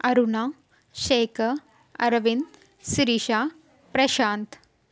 Aruna Shekhar Arvind Sirisha Prashanth